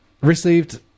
received